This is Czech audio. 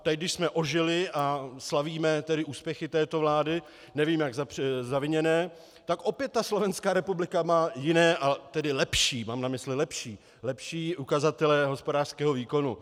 Teď když jsme ožili a slavíme tedy úspěchy této vlády nevím, jak zaviněné tak opět Slovenská republika má jiné, tedy lepší, mám na mysli lepší, lepší ukazatele hospodářského výkonu.